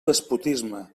despotisme